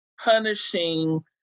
punishing